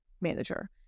manager